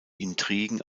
intrigen